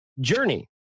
journey